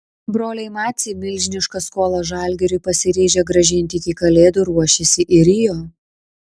broliai maciai milžinišką skolą žalgiriui pasiryžę grąžinti iki kalėdų ruošiasi į rio